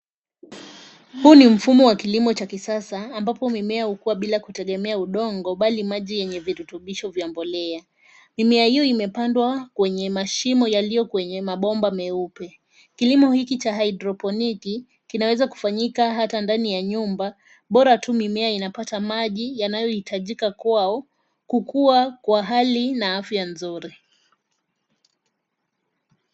Huu ni mfumo wa kilimo cha kisasa ambapo mimea hukua bila kutegemea udongo bali maji yenye virutubisho vya mbolea. Mimea hiyo imepandwa kwenye mashimo yaliyo kwenye mabomba meupe. Kilimo hiki cha haidroponiki kinaweza kufanyika hata ndani ya nyumba, bora tu mimea inapata maji yanayohitajika kwao kukua kwa hali na afya nzuri.